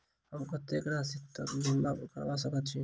हम कत्तेक राशि तकक बीमा करबा सकैत छी?